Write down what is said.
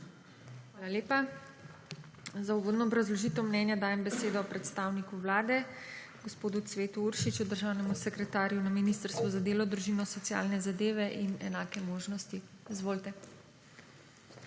Hvala lepa. Za uvodno obrazložitev mnenja dajem besedo predstavniku Vlade, gospodu Cvetu Uršiču, državnemu sekretarju Ministrstva za delo, družino, socialne zadeve in enake možnosti. CVETO